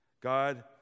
God